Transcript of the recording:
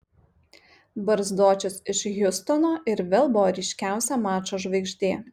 barzdočius iš hjustono ir vėl buvo ryškiausia mačo žvaigždė